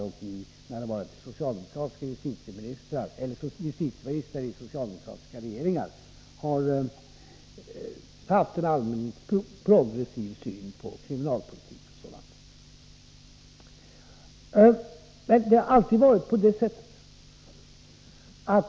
Justitieministrar i socialdemokratiska regeringar har sålunda haft en allmänt progressiv syn på kriminalpolitiken.